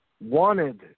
wanted